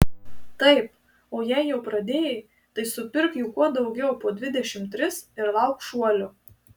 taip o jei jau pradėjai tai supirk jų kuo daugiau po dvidešimt tris ir lauk šuolio